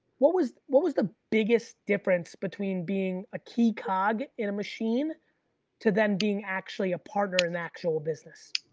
what was what was the biggest difference between being a key cog in a machine to then being actually a partner in the actual business?